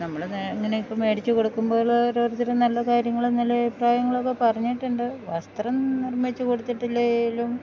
നമ്മൾ ഇങ്ങനെ ഇങ്ങനെ ഒക്കെ മേടിച്ച് കൊടുക്കുമ്പോള് ഓരോരുത്തരും നല്ല കാര്യങ്ങള് നല്ല അഭിപ്രായങ്ങളൊക്കെ പറഞ്ഞിട്ടുണ്ട് വസ്ത്രം നിർമ്മിച്ച് കൊടുത്തിട്ടില്ലേലും